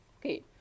Okay